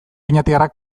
oñatiarrak